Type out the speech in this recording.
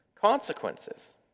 consequences